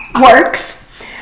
Works